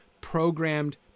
programmed